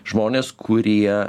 žmonės kurie